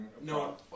No